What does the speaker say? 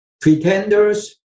pretenders